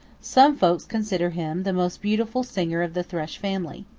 some folks consider him the most beautiful singer of the thrush family.